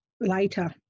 later